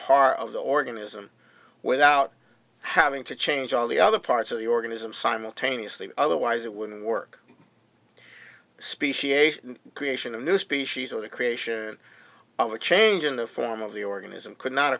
part of the organism without having to change all the other parts of the organism simultaneously otherwise it wouldn't work speciation creation of new species or the creation of a change in the form of the organism could not